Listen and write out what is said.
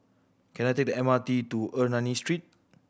can I take the M R T to Ernani Street